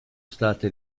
state